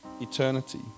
Eternity